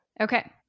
Okay